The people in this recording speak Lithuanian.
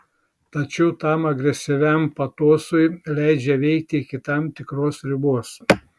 tačiau tam agresyviam patosui leidžia veikti iki tam tikros ribos